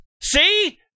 See